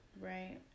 Right